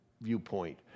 viewpoint